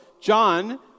John